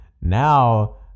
now